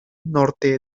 norte